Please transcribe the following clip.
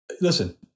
listen